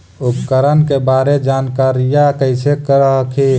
उपकरण के बारे जानकारीया कैसे कर हखिन?